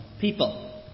people